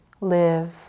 live